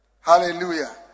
Hallelujah